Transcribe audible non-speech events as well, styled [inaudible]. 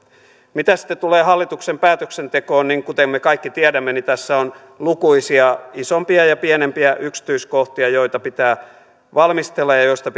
mitä sitten tulee hallituksen päätöksentekoon niin kuten me kaikki tiedämme tässä on lukuisia isompia ja pienempiä yksityiskohtia joita pitää valmistella ja ja joista [unintelligible]